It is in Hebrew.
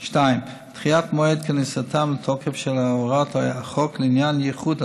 2. דחיית מועד כניסתן לתוקף של הוראות החוק לעניין ייחוד התואר,